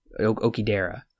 okidera